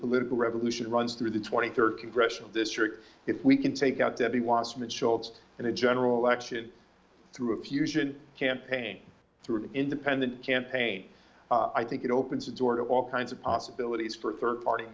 political revolution runs through the twenty third congressional district if we can take out debbie wassermann schultz in a general election through fusion campaign through an independent campaign i think it opens the door to all kinds of possibilities for third part